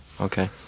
Okay